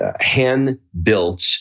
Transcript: hand-built